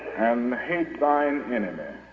and hate thine enemy